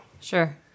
Sure